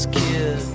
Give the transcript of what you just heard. kid